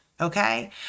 okay